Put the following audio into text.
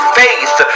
faith